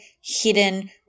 hidden